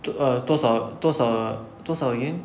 err 多少多少多少 again